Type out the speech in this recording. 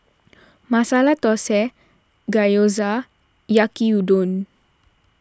Masala Dosa Gyoza Yaki Udon